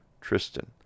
Tristan